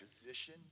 position